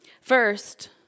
First